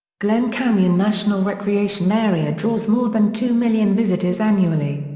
glen canyon national recreation area draws more than two million visitors annually.